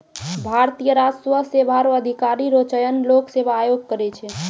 भारतीय राजस्व सेवा रो अधिकारी रो चयन लोक सेवा आयोग करै छै